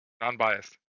Non-biased